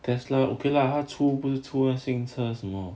tesla okay lah 它出不是出咯新车什么